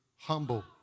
Humble